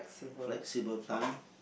flexible time